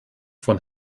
von